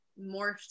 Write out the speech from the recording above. morphed